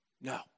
No